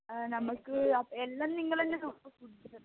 നമുക്ക് എല്ലാം നിങ്ങളുതന്നെ നോക്കുമോ ഫുഡ്